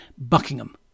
Buckingham